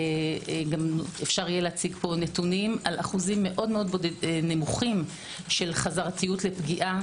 אפשר יהיה להציג פה נתונים על אחוזים מאוד נמוכים של חזרתיות לפגיעה,